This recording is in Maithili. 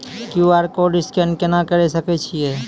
क्यू.आर कोड स्कैन केना करै सकय छियै?